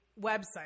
website